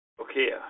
Okay